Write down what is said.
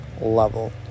level